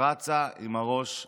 רצה עם הראש בקיר.